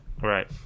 Right